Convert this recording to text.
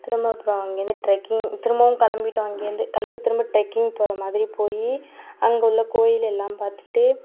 திரும்ப அப்புறம் அங்கே இருந்து ட்ரெக்கிங் திரும்பவும் கிளம்பிட்டோம் அங்கே இருந்து கிளம்பி திரும்ப ட்ரெக்கிங் போகிற மாதிரி போய் அங்கே உள்ள கோயில் எல்லாம் பார்த்துட்டு